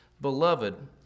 Beloved